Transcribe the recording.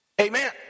amen